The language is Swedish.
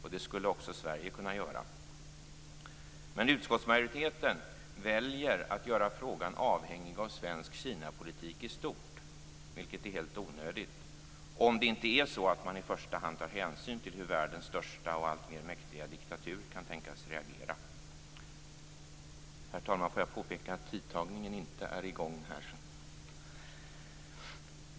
Det skulle också Sverige kunna göra. Men utskottsmajoriteten väljer att göra frågan avhängig av svensk Kinapolitik i stort, vilket är helt onödigt, om det inte är så att man i första hand tar hänsyn till hur världens största och allt mer mäktiga diktatur kan tänkas reagera.